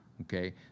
okay